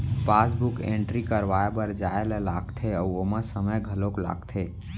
passbook entry करवाए बर जाए ल लागथे अउ ओमा समे घलौक लागथे